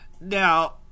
Now